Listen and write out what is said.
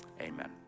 amen